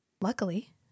Luckily